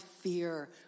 fear